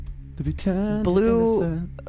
Blue